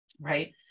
right